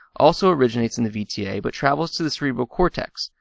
also originates in the vta but travels to the cerebral cortex,